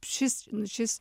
šis nu šis